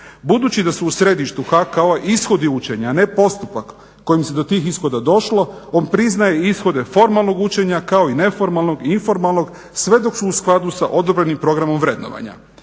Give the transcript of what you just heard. Budući da su u središtu HKO-a ishodi učenja a ne postupak kojim se do tih ishoda došlo, on priznaje ishode formalnog učenja kao i neformalnog i informalnog sve dok su u skladu sa odobrenim programom vrednovanja.